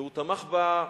והוא תמך בה,